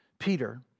Peter